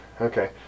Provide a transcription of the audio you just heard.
Okay